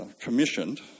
commissioned